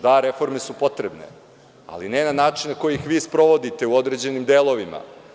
Da, reforme su potrebne, ali ne na način na koji ih vi sprovodite u određenim delovima.